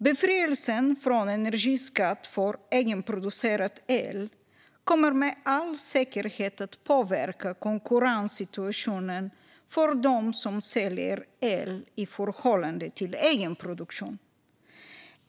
Befrielsen från energiskatt för egenproducerad el kommer med all säkerhet att påverka konkurrenssituationen för dem som säljer el i förhållande till egenproduktion.